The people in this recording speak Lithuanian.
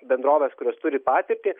bendrovės kurios turi patirtį